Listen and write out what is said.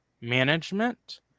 management